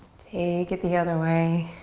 take it the other way.